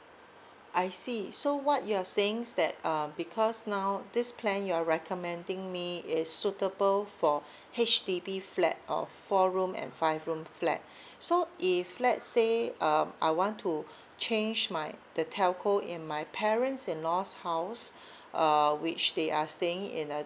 I see so what you are saying is that because now this plan you're recommending me is suitable for H_D_B flat of four room and five room flat so if let's say um I want to change my the telco in my parents in laws house uh which they are staying in a